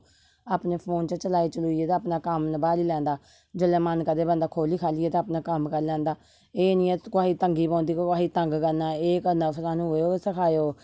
अपने फोन च चलाई चलोइये ते अपना कम्म निभाई लैंदा जिसलै मन करै बंदा खोह्ली खालिये ते अपना कम्म करी लेंदा एह् नेईं है कि कुसै गी तंगी पौंदी कुसै गी तंग करना एह् करना फलाना ओह् सिखाओ